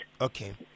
Okay